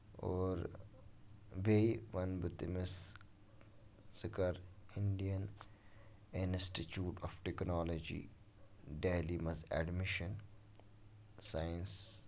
اور بیٚیہِ وَنہٕ بہٕ تٔمِس ژٕ کر Indian institute of technology Delhi منٛز ایڈمِشن سایٚنَس